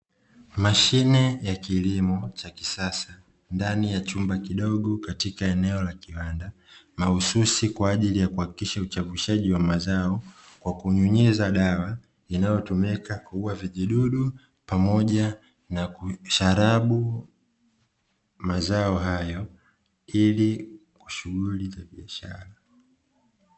Mashine ya kilimo cha kisasa, ndani ya chumba kidogo, katika eneo la kiwanda, mahususi kwa ajili ya kuhakikisha uchavushaji wa mazao, kwa kunyunyiza dawa, inayotumika kuua vijidudu pamoja na kusharabu mazao hayo, ili kwa shughuli za biashara.